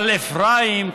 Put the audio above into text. אבל אפרים,